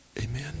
Amen